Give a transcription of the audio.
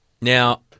Now